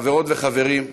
חברות וחברים,